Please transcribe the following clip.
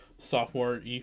sophomore